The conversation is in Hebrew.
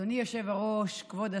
אדוני היושב-ראש, כבוד השר,